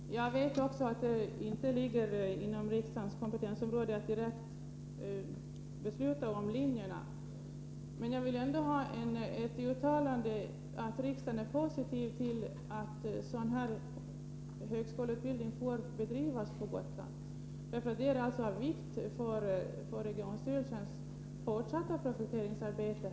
Fru talman! Jag vet också att det inte ligger inom riksdagens kompetensområde att direkt besluta om linjer. Men jag vill ändå ha ett uttalande om att riksdagen är positiv till att sådan högskoleutbildning får bedrivas på Gotland. Det är av vikt för regionstyrelsens fortsatta projekteringsarbete.